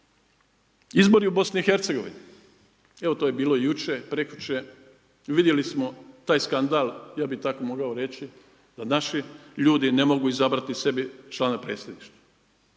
i Hercegovini, evo to je bilo jučer, prekjučer i vidjeli smo taj skandal ja bih tako mogao reći da naši ljudi ne mogu izabrati sebi člana Predsjedništva.